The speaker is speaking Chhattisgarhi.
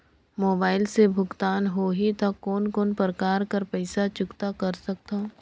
मोबाइल से भुगतान होहि त कोन कोन प्रकार कर पईसा चुकता कर सकथव?